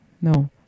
No